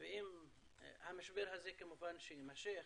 ואם המשבר הזה יימשך,